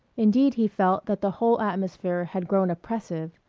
indeed he felt that the whole atmosphere had grown oppressive.